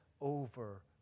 over